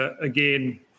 again